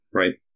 right